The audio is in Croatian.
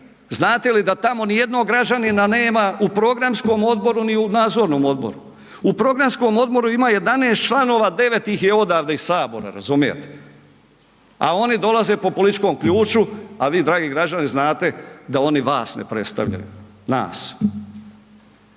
znate li da tamo ni jednog građanima nema u programskom odboru ni u nadzornom odboru. U programskom odboru ima 11 članova, 9 ih odavde iz sabora razumijete, a oni dolaze po političkom ključu, a vi dragi građani znate da oni vas ne predstavljaju, nas,